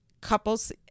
couples